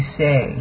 say